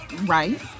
right